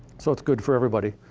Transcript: so it's good for everybody.